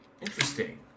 Interesting